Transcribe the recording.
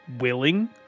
willing